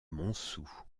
montsou